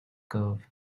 curve